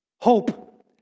Hope